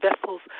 vessels